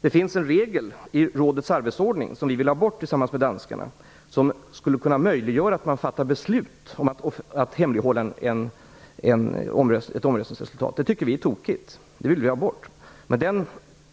Det finns en regel i rådets arbetsordning som vi tillsammans med danskarna vill ha bort och som skulle kunna möjliggöra att man fattar beslut om att hemlighålla ett omröstningsresultat. Detta tycker vi är tokigt, men den